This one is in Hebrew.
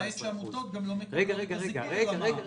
למעט עמותות שגם לא מקבלות זיכוי במע"מ.